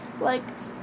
liked